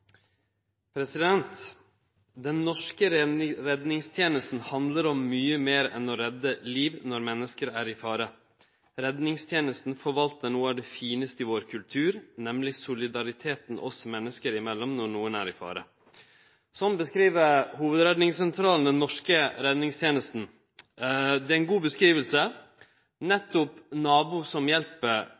vårt. Den norske redningstenesta handlar om mykje meir enn å redde liv når menneske er i fare. Redningstenesta forvaltar noko av det finaste i kulturen vår, nemleg solidariteten menneska imellom når nokon er i fare. Slik beskriv Hovudredningssentralen den norske redningstenesta. Det er ei god beskriving. Nettopp nabo som hjelper